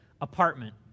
apartment